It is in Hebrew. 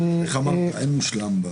גור, רצית להתייחס.